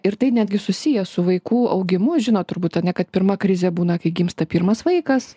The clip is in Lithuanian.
ir tai netgi susiję su vaikų augimu žino turbūt ane kad pirma krizė būna kai gimsta pirmas vaikas